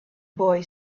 boy